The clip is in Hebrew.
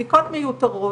בערביות לעומת